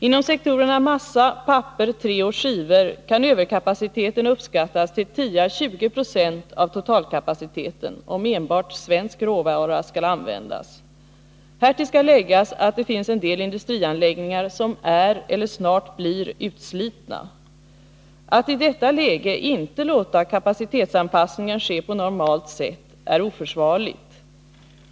Inom sektorerna massa, papper, trä och skivor kan överkapaciteten uppskattas till 10 å 20 96 av totalkapaciteten, om enbart svensk råvara skall användas. Härtill skall läggas att det finns en del industrianläggningar som är eller snart blir utslitna. Att i detta läge inte låta kapacitetsanpassningen ske på normalt sätt är oförsvarligt.